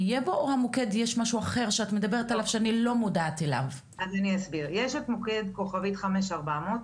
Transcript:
יש את מוקד *5400,